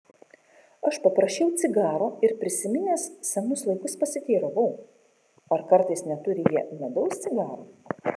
aš paprašiau cigaro ir prisiminęs senus laikus pasiteiravau ar kartais neturi jie medaus cigarų